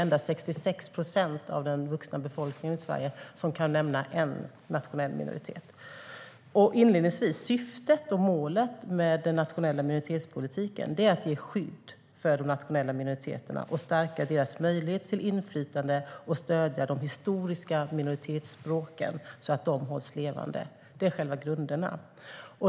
Endast 66 procent av den vuxna befolkningen i Sverige kan nämna en nationell minoritet. Inledningsvis: Syftet och målet med den nationella minoritetspolitiken är att ge skydd för de nationella minoriteterna, stärka deras möjlighet till inflytande och stödja de historiska minoritetsspråken så att de hålls levande. Det är själva grunderna.